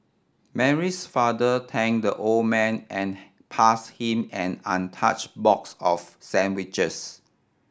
Mary's father thank the old man and pass him an untouch box of sandwiches